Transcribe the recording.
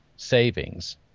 savings